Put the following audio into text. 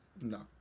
no